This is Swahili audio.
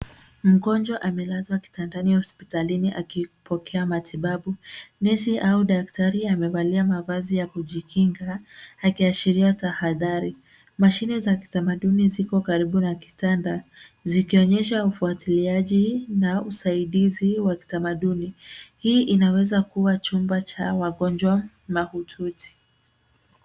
Mgonjwa amelazwa kitandani hospitalini akipokea matibabu. Nesi au daktari, amevalia mavazi ya kujikinga akiashiria tahadhari. Mashine za kitamaduni ziko karibu na kitanda, zikionyesha ufuatiliaji na usaidizi wa kitamaduni. Hii inaweza kuwa chumba cha wagonjwa mahututi.